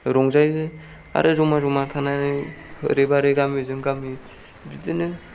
रंजायो आरो जमा जमा थानानै ओरैबा ओरै गामिजों गामि बिदिनो